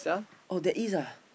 oh there is ah